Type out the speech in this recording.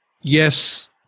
Yes